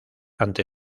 ante